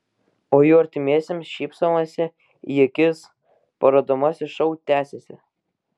o jų artimiesiems šypsomasi į akis parodomasis šou tęsiasi